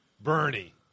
Bernie